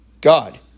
God